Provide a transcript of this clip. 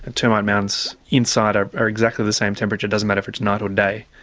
ah termite mounds inside are are exactly the same temperature, doesn't matter if it's night or day,